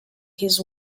his